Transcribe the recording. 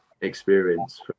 experience